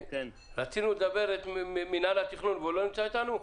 גדליה ממינהל התכנון לא אתנו?